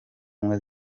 ubumwe